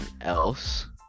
else